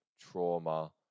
trauma